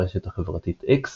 ברשת החברתית אקס